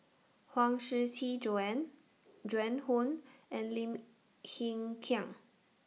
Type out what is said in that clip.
Huang Shiqi Joan Joan Hon and Lim Hng Kiang